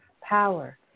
power